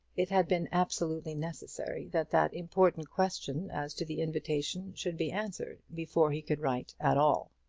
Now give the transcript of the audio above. it had been absolutely necessary that that important question as to the invitation should be answered before he could write at all.